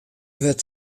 wurdt